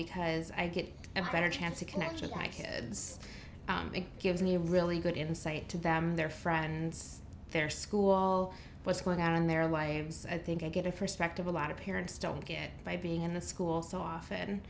because i get a better chance to connect with my kids it gives me a really good insight to them their friends their school all what's going on in their lives i think i get a perspective a lot of parents don't get by being in a school so